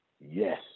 Yes